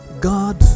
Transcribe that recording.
God